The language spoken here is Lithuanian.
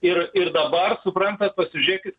ir ir dabar suprantat pasižiūrėkit